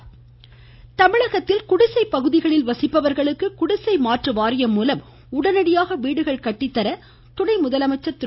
பன்னீர்செல்வம் தமிழகத்தில் குடிசைப்பகுதியில் வசிப்பவர்களுக்கு குடிசை மாற்று வாரியம் மூலம் உடனடியாக வீடுகள் கட்டித்தர துணை முதலமைச்சர் திரு